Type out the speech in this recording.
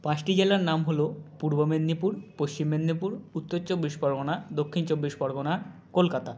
পাঁচটি জেলার নাম হল পূর্ব মেদিনীপুর পশ্চিম মেদিনীপুর উত্তর চব্বিশ পরগনা দক্ষিণ চব্বিশ পরগনা কলকাতা